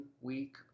week